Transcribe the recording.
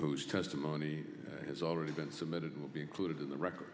whose testimony has already been submitted and will be included in the record